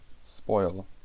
spoil